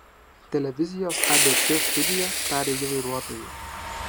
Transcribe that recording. televizijos abc studija tarė ji vairuotojui